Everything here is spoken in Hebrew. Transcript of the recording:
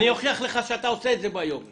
אני אוכיח לך שאתה עושה את זה ביום יום.